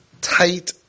tight